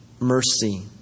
mercy